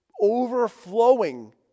overflowing